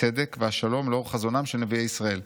הצדק והשלום, לאור חזונם של נביאי ישראל'.